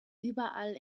überall